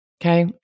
Okay